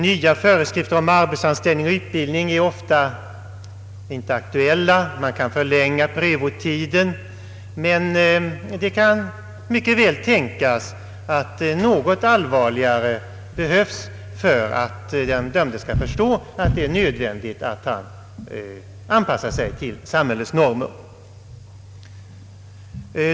Nya föreskrifter om arbetsanställning och utbildning är ofta inte aktuella. Däremot kan det mycket väl tänkas att något allvarligare åtgärder behövs för att den dömde skall förstå att det är nödvändigt att anpassa sig till samhällets normer.